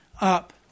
up